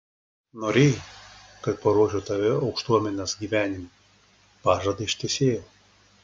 norėjai kad paruoščiau tave aukštuomenės gyvenimui pažadą ištesėjau